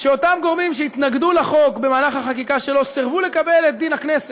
שאותם גורמים שהתנגדו לחוק במהלך החקיקה שלו סירבו לקבל את דין הכנסת,